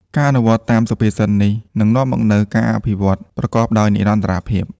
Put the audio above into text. ការអនុវត្តតាមសុភាសិតនេះ នឹងនាំមកនូវការអភិវឌ្ឍប្រកបដោយនិរន្តរភាព។